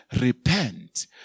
repent